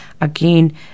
again